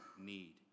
need